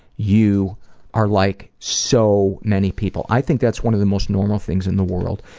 you are like so many people. i think that's one of the most normal things in the world,